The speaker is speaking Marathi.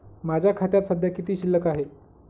माझ्या खात्यात सध्या किती शिल्लक आहे?